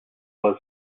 was